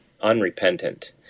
unrepentant